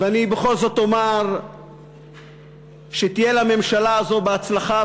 ואני בכל זאת אומר לממשלה הזאת בהצלחה,